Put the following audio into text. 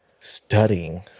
studying